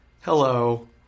hello